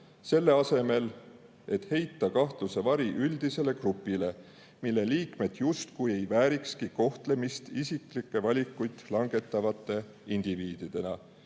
selle asemel et heita kahtluse vari üldisele grupile, mille liikmed justkui ei väärikski kohtlemist isiklikke valikuid langetavate indiviididena.